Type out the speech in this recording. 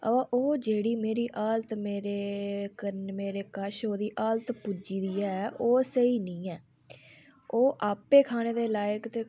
अबा ओह् जेह्ड़ी मेरी हालत मेरे करन कश ओह्दी हालत पुज्जी दी ऐ ओह् स्हेई निं ऐ ओह् आपे खाने दे लायक ते